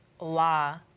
law